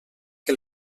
que